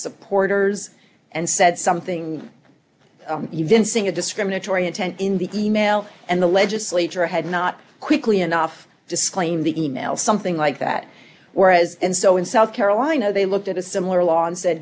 supporters and said something even sing a discriminatory intent in the e mail and the legislature had not quickly enough disclaim the e mail something like that whereas and so in south carolina they looked at a similar law and said